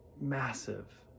massive